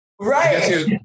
Right